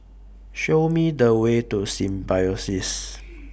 Show Me The Way to Symbiosis